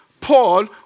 Paul